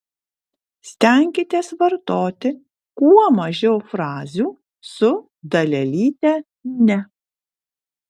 stenkitės vartoti kuo mažiau frazių su dalelyte ne